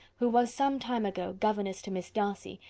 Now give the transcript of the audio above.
who was some time ago governess to miss darcy,